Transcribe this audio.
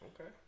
Okay